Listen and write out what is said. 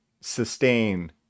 sustain